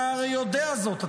אתה הרי יודע זאת,